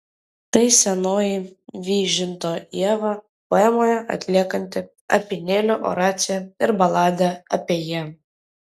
tai senoji vyžinto ieva poemoje atliekanti apynėlio oraciją ir baladę apie ievą